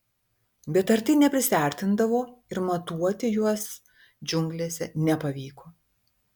bet arti neprisiartindavo ir matuoti juos džiunglėse nepavyko